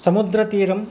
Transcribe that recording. समुद्रतीरम्